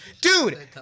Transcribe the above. Dude